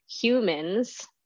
humans